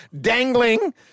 dangling